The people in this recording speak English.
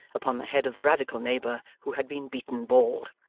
upon the head of the radical neighbour, who had been beaten bald.